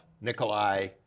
Nikolai